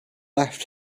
left